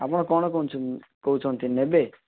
ଆପଣ କ'ଣ କହୁଛନ୍ କହୁଛନ୍ତି ନେବେ